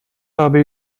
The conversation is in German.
habe